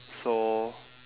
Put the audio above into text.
so